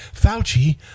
Fauci